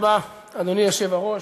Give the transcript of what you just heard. אדוני היושב-ראש.